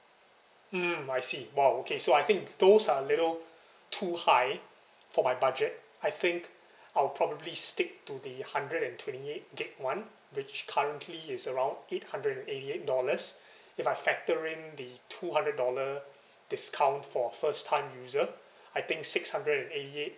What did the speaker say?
mm I see !wow! okay so I think those are little too high for my budget I think I'll probably stick to the hundred and twenty eight gig one which currently is around eight hundred and eighty eight dollars if I factor in the two hundred dollar discount for first time user I think six hundred and eighty eight